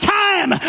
time